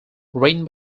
rainbow